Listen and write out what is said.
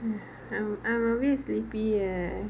I'm I'm a bit sleepy leh